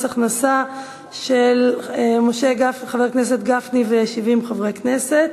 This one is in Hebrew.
הכנסה של חבר הכנסת גפני ו-70 חברי הכנסת,